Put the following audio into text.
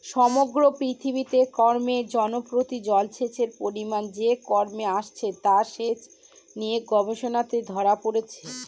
সমগ্র পৃথিবীতে ক্রমে জমিপ্রতি জলসেচের পরিমান যে কমে আসছে তা সেচ নিয়ে গবেষণাতে ধরা পড়েছে